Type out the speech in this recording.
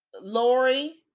Lori